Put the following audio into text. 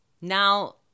Now